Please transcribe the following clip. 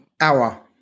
Hour